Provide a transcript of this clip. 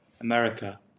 America